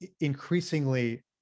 increasingly